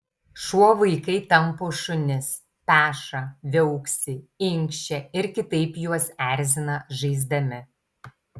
šuo vaikai tampo šunis peša viauksi inkščia ir kitaip juos erzina žaisdami